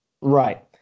Right